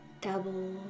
Double